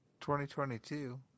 2022